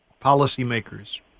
Policymakers